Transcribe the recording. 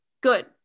good